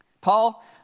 Paul